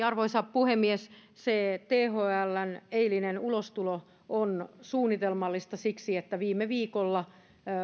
arvoisa puhemies se thln eilinen ulostulo on suunnitelmallista siksi että viime viikolla